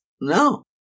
No